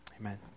amen